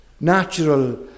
natural